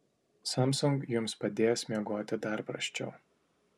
samsung jums padės miegoti dar prasčiau